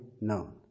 known